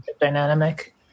dynamic